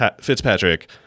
fitzpatrick